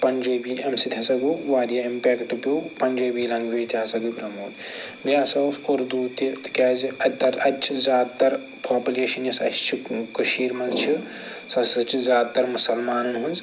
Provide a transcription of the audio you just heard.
پنٛجٲبی اَمہِ سۭتۍ ہسا گوٚو واریاہ امپیکٹہٕ پیٛو پنٛجٲبی لینگویج تہِ ہسا گٔے پرٛموٗٹ بییٚہ ہسا اوس اردو تہِ تِکیٚازِ اکہِ طر اتہِ چھِ زیادٕ تر پاپولیشن یُۄس اسہِ چھِ کشیٖر منٛز چھِ سۄ ہسا چھِ زیادٕ تر مسلمانن ہنٛز